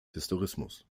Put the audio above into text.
historismus